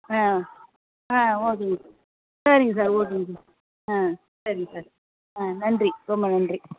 ஆ ஆ ஓகேங்க சரிங்க சார் ஓகேங்க சார் ஆ ஓகேங்க சார் சரிங்க சார் ஆ நன்றி ரொம்ப நன்றி